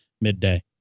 midday